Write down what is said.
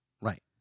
Right